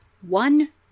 One